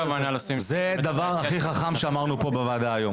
זה הדבר הכי חכם שאמרנו היום פה בוועדה.